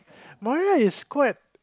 Maria is quite